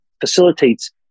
facilitates